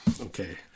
Okay